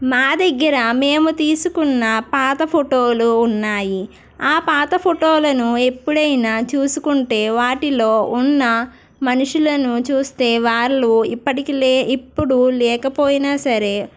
మా దగ్గర మేము తీసుకున్న పాత ఫోటోలు ఉన్నాయి ఆ పాత ఫోటోలను ఎప్పుడైనా చూసుకుంటే వాటిలో ఉన్న మనుషులను చూస్తే వాళ్ళు ఇప్పటికీ ఇప్పుడు లేకపోయినా సరే